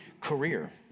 Career